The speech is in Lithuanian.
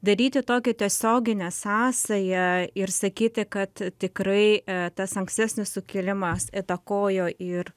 daryti tokią tiesioginę sąsają ir sakyti kad tikrai tas ankstesnis sukilimas įtakojo ir